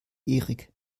erik